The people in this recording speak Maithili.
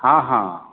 हँ हँ